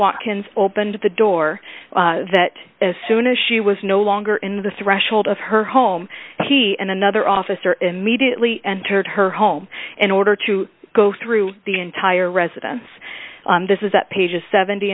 watkins opened the door that as soon as she was no longer in the threshold of her home he and another officer immediately entered her home in order to go through the entire residence this is that pages seventy